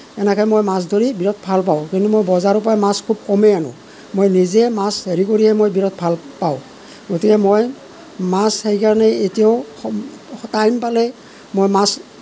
এনেকৈ মই মাছ ধৰি বিৰাট ভাল পাওঁ কিন্তু মই বজাৰৰ পৰা মাছ খুব কমেই আনো মই নিজে মাছ হেৰি কৰিয়েই মই বিৰাট ভাল পাওঁ গতিকে মই মাছ সেইকাৰণে এতিয়াও টাইম পালে মই মাছ